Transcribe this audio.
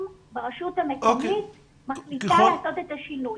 ברשות המקומית מחליטה לעשות את השינוי.